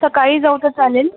सकाळी जाऊ का चालेल